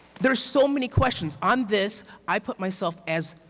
there are so many questions. on this i put myself as